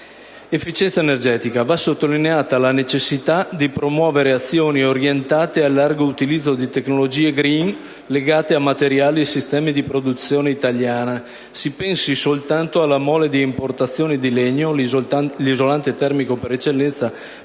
l'efficienza energetica, va sottolineata la necessità di promuovere azioni orientate al largo utilizzo di tecnologie *green* legate a materiali e sistemi di produzione italiana (si pensi soltanto alla mole di importazioni di legno, l'isolante termico per eccellenza